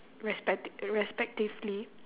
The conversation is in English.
respect~ respectively